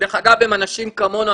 שהם אנשים כמונו,